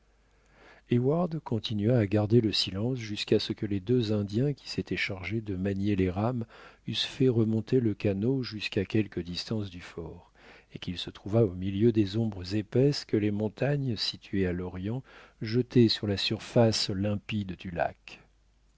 heyward continua à garder le silence jusqu'à ce que les deux indiens qui s'étaient chargés de manier les rames eussent fait remonter le canot jusqu'à quelque distance du fort et qu'il se trouvât au milieu des ombres épaisses que les montagnes situées à l'orient jetaient sur la surface limpide du lac